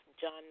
John